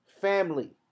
family